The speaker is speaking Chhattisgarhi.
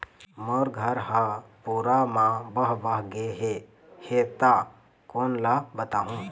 मोर घर हा पूरा मा बह बह गे हे हे ता कोन ला बताहुं?